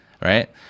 right